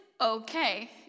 okay